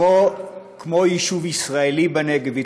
כמו יישוב ישראלי בנגב.